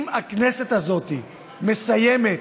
אם הכנסת הזאת מסיימת